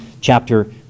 chapter